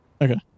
Okay